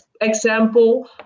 example